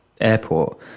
airport